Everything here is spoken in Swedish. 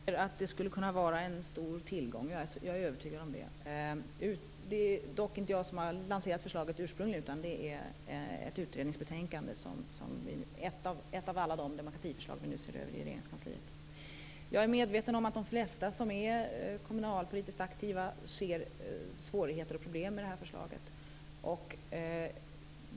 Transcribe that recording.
Fru talman! Jo, det är riktigt att jag har sagt att jag tycker att det skulle kunna vara en stor tillgång. Jag är övertygad om det. Det är dock inte jag som har lanserat förslaget ursprungligen utan det är ett utredningsbetänkande. Det är ett av alla de demokratiförslag som vi nu ser över i Regeringskansliet. Jag är medveten om att de flesta som är kommunalpolitiskt aktiva ser svårigheter och problem med det här förslaget.